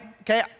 Okay